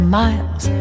miles